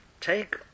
take